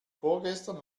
vorgestern